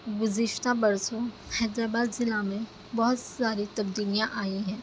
گذشتہ برسوں حیدرآباد ضلع میں بہت ساری تبدیلیاں آئی ہیں